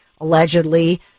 allegedly